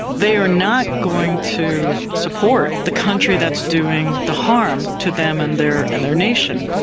they are not going to support the country that's doing the harm to them and their and their nation.